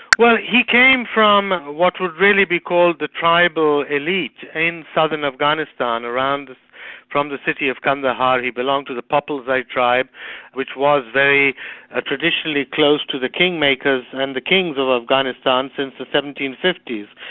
well, he came from what would really be called the tribal elite in southern afghanistan around from the city of kandahar. he belonged to the popalzai tribe which was very ah traditionally close to the kingmakers and the kings of afghanistan since the seventeen fifty s.